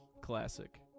Classic